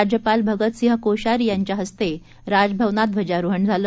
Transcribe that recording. राज्यपाल भगतसिंह कोश्यारी यांच्याहस्ते राजभवनात ध्वजारोहण झालं